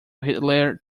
hitler